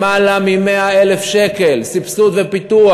למעלה מ-100,000 שקלים סבסוד ופיתוח,